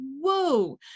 Whoa